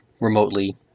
remotely